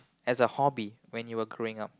as a hobby when you were growing up